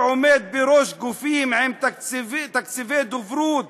שעומד בראש גופים עם תקציבי דוברות